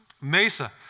Mesa